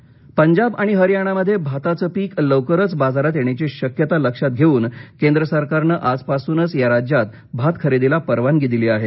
भात पंजाब आणि हरियाणामध्ये भाताचं पीक लवकरच बाजारात येण्याची शक्यता लक्षात घेऊन केंद्र सरकारनं आजपासूनच या राज्यात भातखरेदीला परवानगी दिली आहे